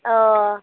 अ